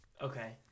Okay